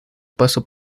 paso